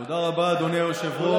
תודה רבה, אדוני היושב-ראש.